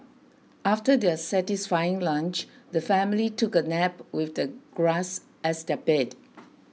after their satisfying lunch the family took a nap with the grass as their bed